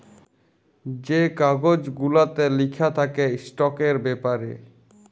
যে কাগজ গুলাতে লিখা থ্যাকে ইস্টকের ব্যাপারে